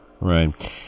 Right